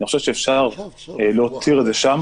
אני חושב שאפשר להותיר את זה שם,